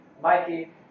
Mikey